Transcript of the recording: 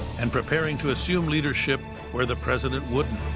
and preparing to assume leadership where the president wouldn't.